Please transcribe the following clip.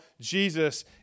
Jesus